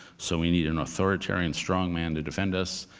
so we need an authoritarian strong man to defend us,